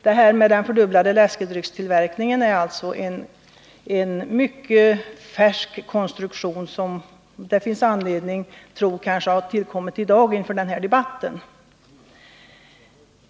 Uppgiften om den fördubblade läskedryckstillverkningen är alltså en mycket färsk konstruktion, och det kanske finns anledning tro att den har tillkommit inför den här debatten i dag.